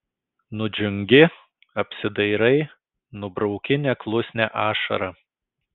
nudžiungi apsidairai nubrauki neklusnią ašarą